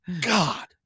God